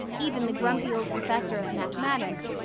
even the grumpy old professor of mathematics,